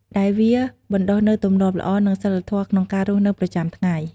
ដែលវាបណ្តុះនូវទម្លាប់ល្អ និងសីលធម៌ក្នុងការរស់នៅប្រចាំថ្ងៃ។